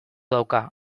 dauka